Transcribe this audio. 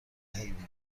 حیونای